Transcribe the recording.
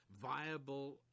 viable